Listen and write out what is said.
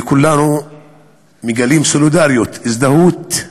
וכולנו מגלים סולידריות, הזדהות,